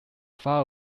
far